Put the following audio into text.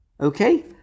Okay